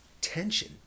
Tension